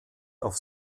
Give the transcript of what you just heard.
auf